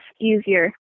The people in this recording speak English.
easier